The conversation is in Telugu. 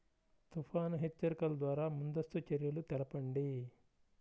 తుఫాను హెచ్చరికల ద్వార ముందస్తు చర్యలు తెలపండి?